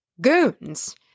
goons